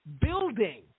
building